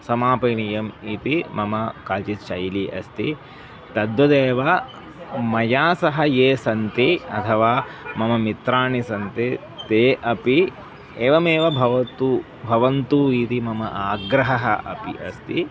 समापनीयम् इति मम काचित् शैली अस्ति तद्वदेव मया सह ये सन्ति अथवा मम मित्राणि सन्ति ते अपि एवमेव भवतु भवन्तु इति मम आग्रहः अपि अस्ति